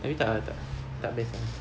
tapi tak ah tak tak best